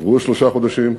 עברו שלושה חודשים,